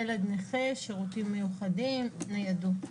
ילד נכה, שירותים מיוחדים, ניידות.